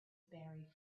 buried